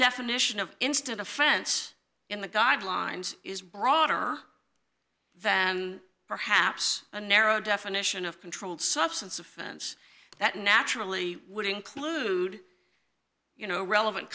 definition of instant offense in the guidelines is broader that perhaps a narrow definition of controlled substance offense that naturally would include you know relevant